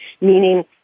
meaning